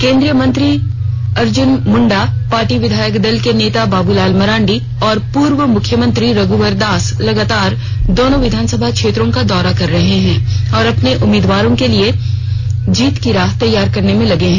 केन्द्रीय मंत्री अर्जुन मुंडा पार्टी विधायक दल के नेता बाबूलाल मरांडी और पूर्व मुख्यमंत्री रघुवर दास लगातार दोनो विधानसभा क्षेत्रों का दौरा कर रहे हैं और अपने उम्मीदवारों के लिए जीत की राह तैयार करने में लगे हैं